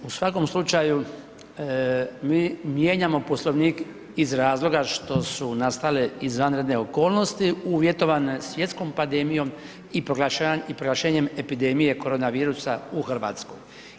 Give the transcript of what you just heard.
U svakom slučaju, mi mijenjamo Poslovnik iz razloga što su nastale izvanredne okolnosti uvjetovane svjetskom pandemijom i proglašenjem epidemije koronavirusa u Hrvatskoj.